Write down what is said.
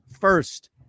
first